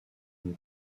une